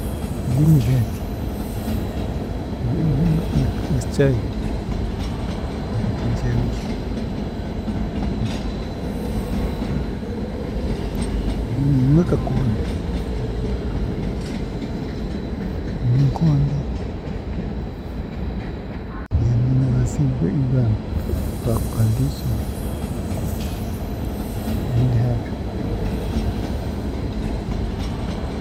Kurya emigaati na, na chai konka tinkyairya. Niinywa akakombe, nywa enkombe ba- bambiikiire. Ebindi haabyo.